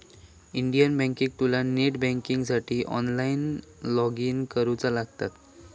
Indian बँकेत तुका net बँकिंगसाठी ऑनलाईन लॉगइन करुचा लागतला